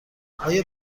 آیا